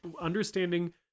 understanding